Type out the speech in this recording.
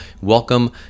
Welcome